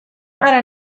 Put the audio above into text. hara